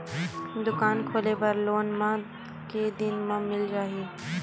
दुकान खोले बर लोन मा के दिन मा मिल जाही?